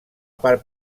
part